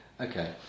Okay